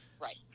Right